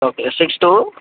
okay six two